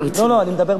לא, אני מדבר באמת.